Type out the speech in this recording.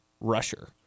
rusher